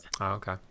okay